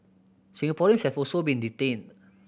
Singaporeans have also been detained